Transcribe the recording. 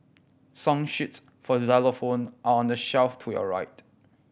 song sheets for xylophone are on the shelf to your right